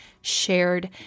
shared